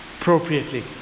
appropriately